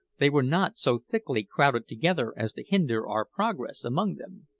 they were not so thickly crowded together as to hinder our progress among them.